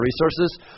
resources